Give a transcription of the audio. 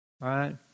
right